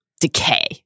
decay